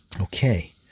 Okay